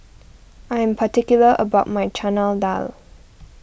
I am particular about my Chana Dal